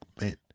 men